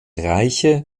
reiche